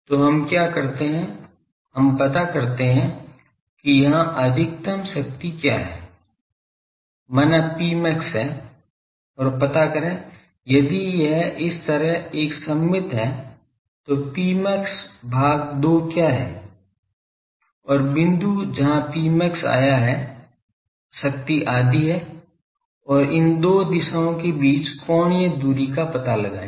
तो हम क्या करते हैं हम पता करते है कि यहाँ अधिकतम शक्ति क्या है माना Pmax है और पता करें यदि यह इस तरह एक सममित है तो Pmax भाग 2 क्या है और बिंदु जहाँ Pmax आया है शक्ति आधी है और इस दो दिशाओं के बीच कोणीय दूरी का पता लगाएं